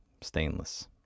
stainless